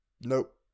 Nope